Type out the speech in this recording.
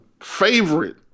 favorite